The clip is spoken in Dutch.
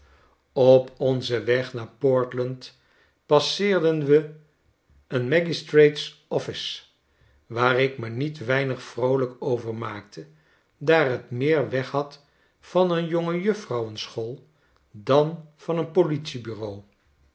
op onzen weg naar portland passeerden we een magistrate's office waar ik me niet weinig vroolijk over maakte daar tmeerweg had van een jongejuffrouwenschool dan van een politie-bureau